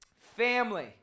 family